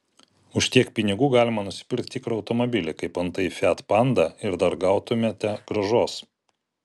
už tiek pinigų galima nusipirkti tikrą automobilį kaip antai fiat panda ir dar gautumėte grąžos